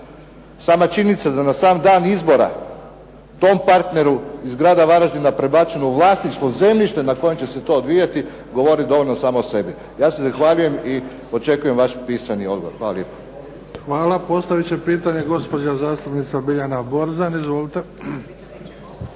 Sama činjenica da na sam dan izbora tom partneru iz grada Varaždina prebačeno u vlasništvo zemljište na kojem će se to odvijati, govori dovoljno sama po sebi. Ja se zahvaljujem i očekujem vaš pisani odgovor. Hvala lijepo. **Bebić, Luka (HDZ)** Hvala. Postavit će pitanje gospođa zastupnica Biljana Borzan. Izvolite.